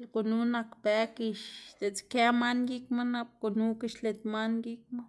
lëꞌ gunu nak bëg y diꞌtse kë man gikma nap gunuka xlit man gikma.